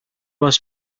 was